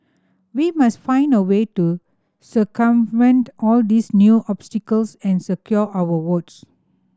we must find a way to circumvent all these new obstacles and secure our votes